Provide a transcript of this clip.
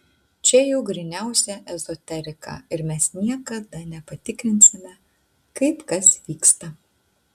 čia jau gryniausia ezoterika ir mes niekada nepatikrinsime kaip kas vyksta